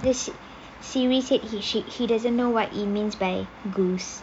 this siri said he she he doesn't know what it means by goose